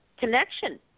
Connection